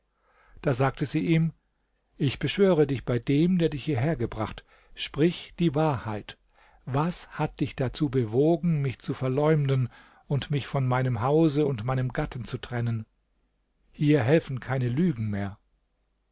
da sagte sie ihm ich beschwöre dich bei dem der dich hierher gebracht sprich die wahrheit was hat dich dazu bewogen mich zu verleumden und mich von meinem hause und meinem gatten zu trennen hier helfen keine lügen mehr